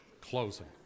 closing